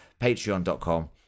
patreon.com